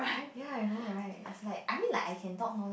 ya I know right is like I mean I can talk non